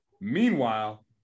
Meanwhile